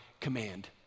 command